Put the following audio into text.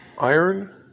iron